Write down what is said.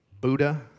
Buddha